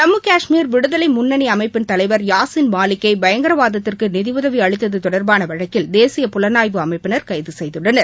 ஜம்மு கஷ்மீர் விடுதலை முன்னணி அமைப்பின் தலைவர் யாசீன் மாலிக்கை பயங்கரவாதத்திற்கு நிதியுதவி அளித்தது தொடர்பான வழக்கில் தேசிய புலனாய்வு அமைப்பினர் கைது செய்துள்ளனர்